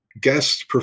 guests